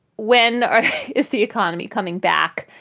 when is the economy coming back?